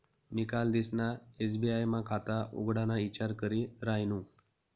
मी कालदिसना एस.बी.आय मा खाता उघडाना ईचार करी रायनू